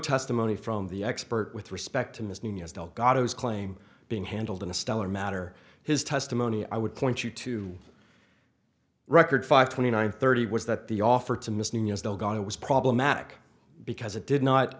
testimony from the expert with respect to miss nino's delgado's claim being handled in a stellar matter his testimony i would point you to the record five twenty nine thirty was that the offer to miss nino still gone it was problematic because it did not